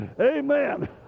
Amen